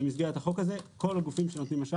במסגרת החוק הזה כל הגופים שנותנים רשאי